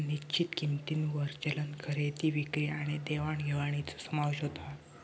निश्चित किंमतींवर चलन खरेदी विक्री आणि देवाण घेवाणीचो समावेश होता